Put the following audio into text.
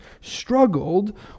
struggled